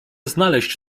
znaleźć